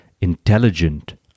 intelligent